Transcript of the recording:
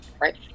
right